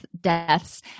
deaths